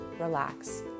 Relax